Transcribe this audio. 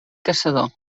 caçador